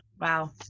Wow